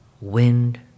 wind